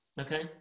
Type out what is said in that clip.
okay